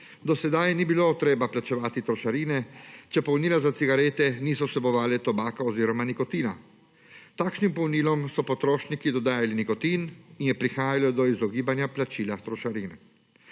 Do sedaj ni bilo treba plačevati trošarina, če polnila za cigarete niso vsebovale tobaka oziroma nikotina. Takim polnilom so potrošniki dodajali nikotin in je prihajalo do izogibanja plačila trošarine.